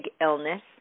illness